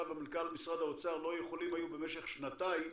ומנכ"ל משרד האוצר לא היו יכולים במשך שנתיים